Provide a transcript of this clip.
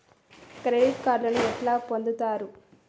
Credit కార్డులను ఎట్లా పొందుతరు?